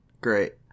Great